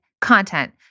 content